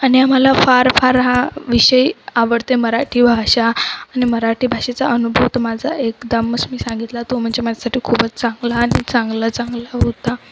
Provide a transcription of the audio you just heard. आणि मला फार फार हा विषय आवडते मराठी भाषा आणि मराठी भाषेचा अनुभव तो माझा एकदमच मी सांगितला तो म्हणजे माझ्यासाठी खूपच चांगला आणि चांगला चांगला होता